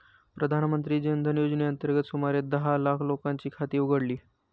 प्रधानमंत्री जन धन योजनेअंतर्गत सुमारे दहा लाख लोकांची खाती उघडली